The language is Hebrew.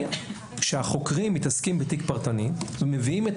כשהחוקרים מתעסקים בתיק פרטני ומביאים את